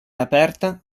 aperta